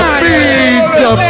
pizza